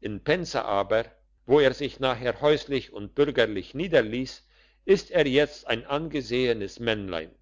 in pensa aber wo er sich nachher häuslich und bürgerlich niederliess ist er jetzt ein angesehenes männlein